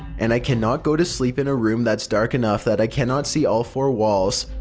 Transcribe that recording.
and i cannot go to sleep in a room that's dark enough that i cannot see all four walls,